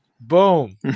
boom